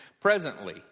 presently